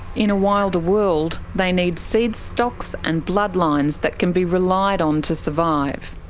in a wilder world, they need seed stocks and bloodlines that can be relied on to survive.